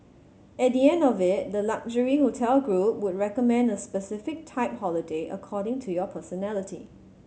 at the end of it the luxury hotel group would recommend a specific type holiday according to your personality